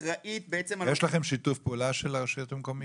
יש לכם שיתוף פעולה עם הרשויות המקומיות?